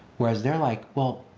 whereas they're like, well,